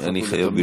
אני חייב,